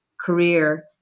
career